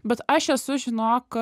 bet aš esu žinok